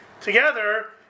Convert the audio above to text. together